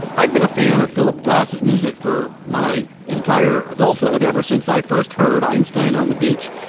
i've been a fan of philip glass's music for my entire adulthood, ever since i first heard einstein on the beach,